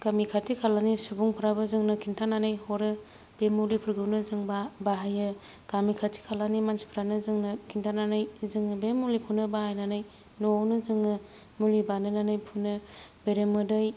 गामि खाथि खालानि सुबुंफ्राबो जोंनो खिन्थानानै हरो बे मुलिफोरखौनो जों बाहायो गामि खाथि खाला मान्थिफ्रानो जोंना खिन्थानानै जोङो बे मुलिखौनो बाहायनानै न'आवनो जोङो मुलि बानायनानै फुनो बेरेमोदै